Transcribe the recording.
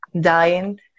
dying